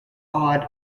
odd